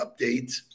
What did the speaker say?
updates